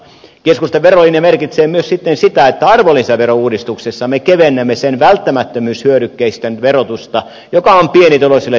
keskustan verolinja merkitsee myös sitten sitä että arvonlisäverouudistuksessa me kevennämme sen välttämättömyyshyödykkeistön verotusta joka on pienituloisille tärkeätä